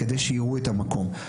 כדי שיראו את המקום.